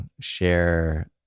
share